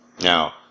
Now